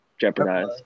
jeopardize